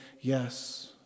yes